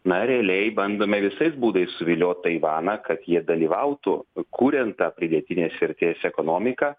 na realiai bandome visais būdais suviliot taivaną kad jie dalyvautų kuriant tą pridėtinės vertės ekonomiką